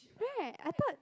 right I thought